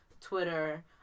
Twitter